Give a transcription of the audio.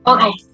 Okay